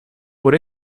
por